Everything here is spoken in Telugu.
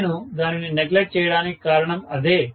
నేను దానిని నెగ్లెక్ట్ చేయడానికి కారణం అదే